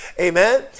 Amen